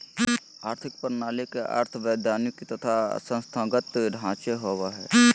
आर्थिक प्रणाली के अर्थ वैधानिक तथा संस्थागत ढांचे होवो हइ